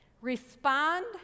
respond